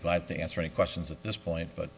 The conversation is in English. glad to answer any questions at this point but